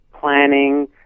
planning